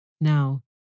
Now